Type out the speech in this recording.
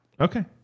okay